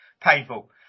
Painful